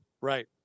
Right